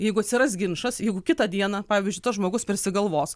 jeigu atsiras ginčas jeigu kitą dieną pavyzdžiui tas žmogus persigalvos